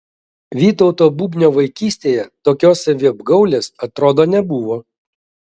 vytauto bubnio vaikystėje tokios saviapgaulės atrodo nebuvo